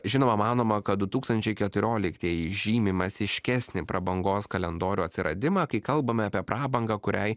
žinoma manoma kad du tūkstančiai keturioliktieji žymi masiškesnį prabangos kalendorių atsiradimą kai kalbame apie prabangą kuriai